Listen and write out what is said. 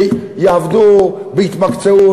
שיעבדו בהתמקצעות,